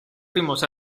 fuimos